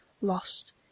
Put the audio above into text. lost